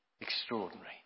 extraordinary